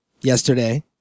yesterday